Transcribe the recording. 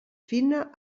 fina